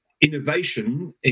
innovation